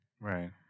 Right